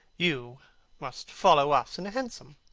you must follow us in a hansom.